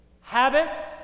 habits